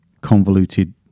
convoluted